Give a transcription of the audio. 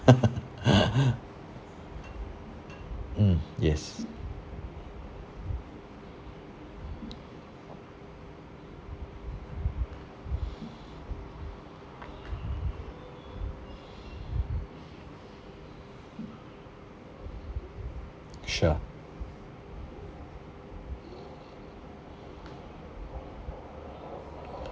mm yes sure